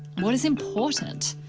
what is important?